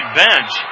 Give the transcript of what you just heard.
bench